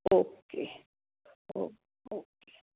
okay ओ okay